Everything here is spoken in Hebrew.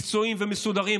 מקצועיים ומסודרים,